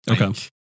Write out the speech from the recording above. okay